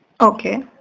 Okay